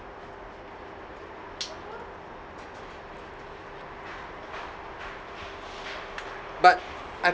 but I